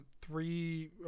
three